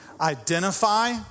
identify